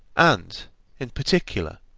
and in particular,